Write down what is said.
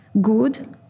good